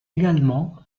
également